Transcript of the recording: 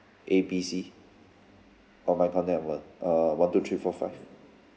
A B C orh my contact number uh one two three four five